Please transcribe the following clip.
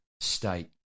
state